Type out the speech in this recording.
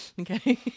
Okay